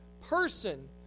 person